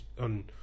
on